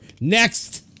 Next